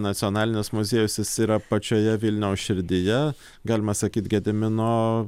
nacionalinis muziejus jis yra pačioje vilniaus širdyje galima sakyt gedimino